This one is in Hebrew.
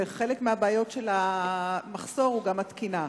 ואחת הסיבות למחסור היא התקינה.